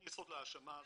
אין יסוד להאשמה הזאת,